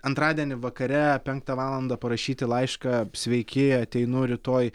antradienį vakare penktą valandą parašyti laišką sveiki ateinu rytoj